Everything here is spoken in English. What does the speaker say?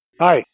Hi